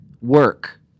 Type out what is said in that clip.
work